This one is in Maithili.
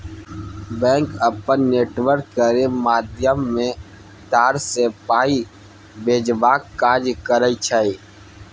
बैंक अपन नेटवर्क केर माध्यमे तार सँ पाइ भेजबाक काज करय छै